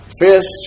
fists